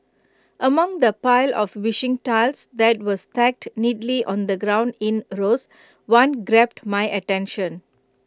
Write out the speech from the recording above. among the pile of wishing tiles that were stacked neatly on the ground in rows one grabbed my attention